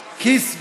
קיס.